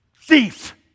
thief